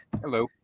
Hello